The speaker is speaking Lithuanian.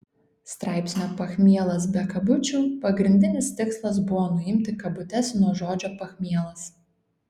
straipsnio pachmielas be kabučių pagrindinis tikslas buvo nuimti kabutes nuo žodžio pachmielas